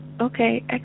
Okay